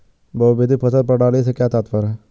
बहुविध फसल प्रणाली से क्या तात्पर्य है?